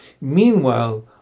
Meanwhile